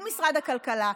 עם משרד הכלכלה,